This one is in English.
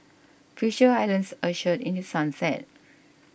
Future Islands ushered in The Sunset